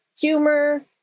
humor